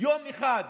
ביום אחד.